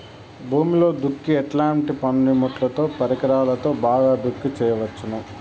భూమిలో దుక్కి ఎట్లాంటి పనిముట్లుతో, పరికరాలతో బాగా దుక్కి చేయవచ్చున?